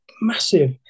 massive